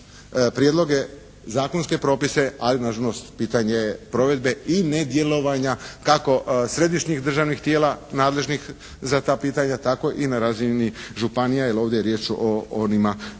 prijedloge, zakonske propise, ali na žalost pitanje je provedbe i nedjelovanja kako Središnjih državnih tijela nadležnih za ta pitanja tako i na razini županija, jer ovdje je riječ o onima razno